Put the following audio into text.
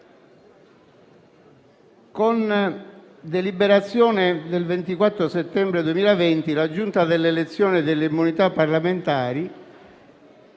con deliberazione del 24 settembre 2020, la Giunta delle elezioni e delle immunità parlamentari,